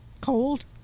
Cold